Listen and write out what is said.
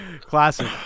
Classic